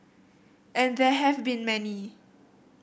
and there have been many